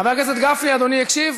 חבר הכנסת גפני, אדוני הקשיב?